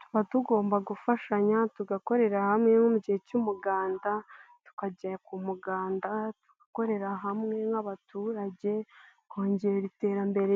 Tuba tugomba gufashanya tugakorera hamwe nko mugihe cy'umuganda, tukajya ku muganda gugakorera hamwe nk'abaturage, kongera iterambere